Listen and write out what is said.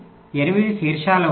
కాబట్టి 8 శీర్షాలు ఉన్నాయి